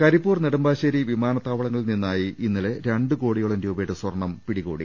കരിപ്പൂർ നെടുമ്പാശേരി വിമാനത്താവളങ്ങളിൽ നിന്നായി ഇന്നലെ രണ്ട് കോടിയോളം രൂപയുടെ സ്വർണം പിടികൂടി